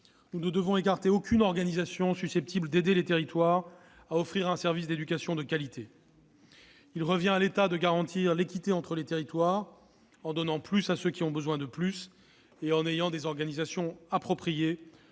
nous ne devons écarter aucune organisation susceptible d'aider les territoires à offrir un service d'éducation de qualité. Il revient à l'État de garantir l'équité entre les territoires, en donnant plus à ceux qui en ont besoin et en disposant d'organisations appropriées